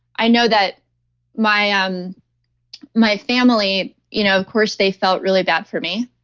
i know that my ah um my family, you know of course they felt really bad for me.